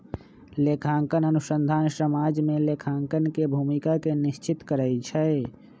लेखांकन अनुसंधान समाज में लेखांकन के भूमिका के निश्चित करइ छै